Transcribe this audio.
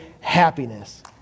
happiness